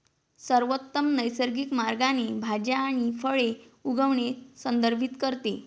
सर्वोत्तम नैसर्गिक मार्गाने भाज्या आणि फळे उगवणे संदर्भित करते